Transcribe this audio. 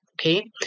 Okay